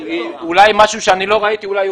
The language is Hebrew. אולי משהו שאני לא ראיתי.